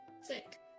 Sick